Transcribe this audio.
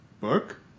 book